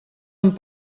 amb